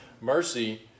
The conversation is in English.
mercy